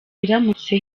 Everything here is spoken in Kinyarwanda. iramutse